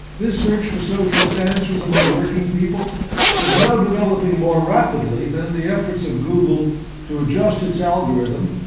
this search for socialist answers among working people is now developing more rapidly than the efforts of google to adjust its algorithm